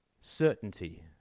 certainty